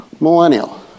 millennial